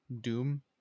Doom